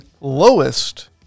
lowest